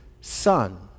Son